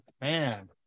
man